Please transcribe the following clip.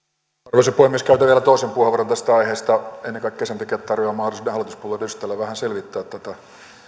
arvoisa puhemies käytän vielä toisen puheenvuoron tästä aiheesta ennen kaikkea sen takia että tarjoan mahdollisuuden hallituspuolueiden edustajille vähän selvittää tätä